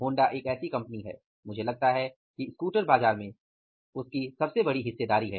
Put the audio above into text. Honda एक ऐसी company है मुझे लगता है कि स्कूटर बाजार में उसकी सबसे बड़ी हिस्सेदारी है